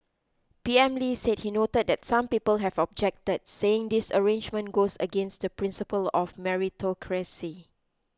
P M Lee said he noted that some people have objected saying this arrangement goes against the principle of meritocracy